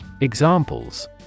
Examples